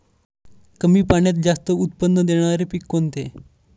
कमी पाण्यात जास्त उत्त्पन्न देणारे पीक कोणते?